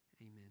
Amen